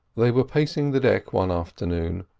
they were pacing the deck one afternoon,